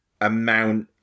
amount